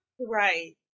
Right